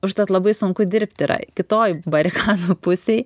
užtat labai sunku dirbt yra kitoj barikadų pusėj